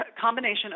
combination